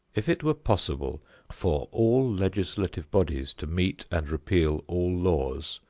if it were possible for all legislative bodies to meet and repeal all laws,